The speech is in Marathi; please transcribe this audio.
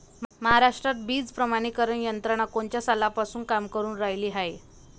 महाराष्ट्रात बीज प्रमानीकरण यंत्रना कोनच्या सालापासून काम करुन रायली हाये?